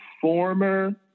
former